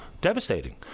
devastating